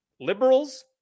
Liberals